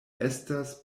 estas